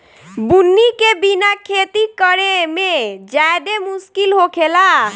बुनी के बिना खेती करेमे ज्यादे मुस्किल होखेला